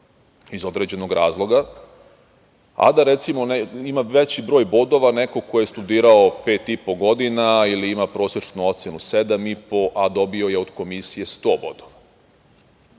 iz određenog razloga, a da, recimo, ima veći broj bodova neko ko je studirao 5,5 godina ili ima prosečnu ocenu 7,5, a dobio je od Komisije 100 bodova.O